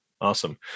Awesome